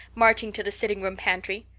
marching to the sitting room pantry.